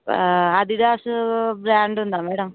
Adidas brand ఉందా madam